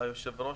היום יום רביעי,